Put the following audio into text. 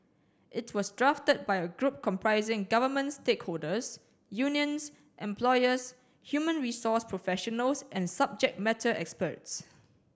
it was drafted by a group comprising government stakeholders unions employers human resource professionals and subject matter experts